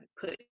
put